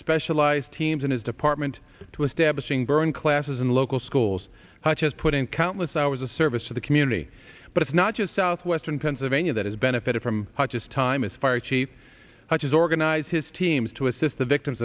specialized teams in his department to establishing burn classes in local schools such as put in countless hours of service for the community but it's not just southwestern pennsylvania that has benefited from hodges time as fire chief such as organize his teams to assist the victims